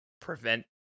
prevent